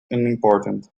unimportant